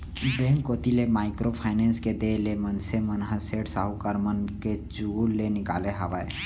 bank कोती ले micro finance के देय ले मनसे मन ह सेठ साहूकार मन के चुगूल ले निकाले हावय